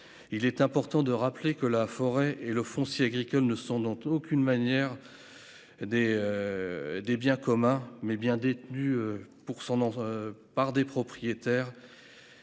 Il est important de rappeler que la forêt et le foncier agricole ne sont dont aucune manière. Des. Des biens communs mais bien détenus pour 100 dans. Par des propriétaires.